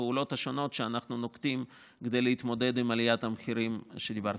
הפעולות השונות שאנחנו נוקטים כדי להתמודד עם עליית המחירים שדיברת